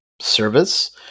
service